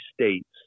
states